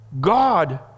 God